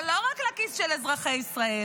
אבל לא רק לכיס של אזרחי ישראל,